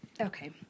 Okay